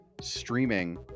streaming